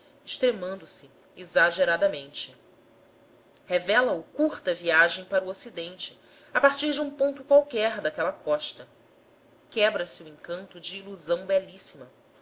inversa extremando se exageradamente revela o curta viagem para o ocidente a partir de um ponto qualquer daquela costa quebra-se o encanto de ilusão belíssima